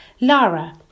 Lara